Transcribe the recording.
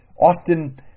often